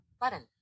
button